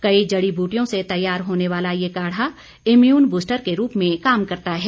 कई जड़ी बूटियों से तैयार होने वाला ये काढ़ा इम्यून बूस्टर के रूप में काम करता है